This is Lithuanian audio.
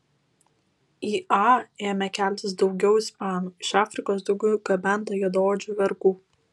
į a ėmė keltis daugiau ispanų iš afrikos daugiau gabenta juodaodžių vergų